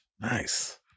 Nice